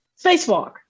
Spacewalk